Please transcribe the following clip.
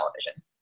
television